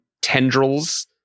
tendrils